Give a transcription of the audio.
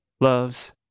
Loves